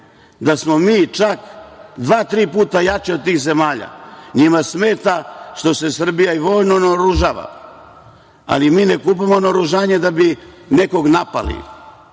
da smo mi čak dva, tri puta jači od tih zemalja. Njima smeta što se Srbija i vojno naoružava, ali mi ne kupujemo naoružanje da bi nekoga napali,